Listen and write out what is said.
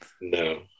no